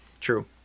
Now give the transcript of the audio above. True